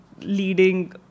leading